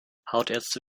hautärzte